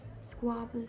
squabble